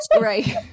right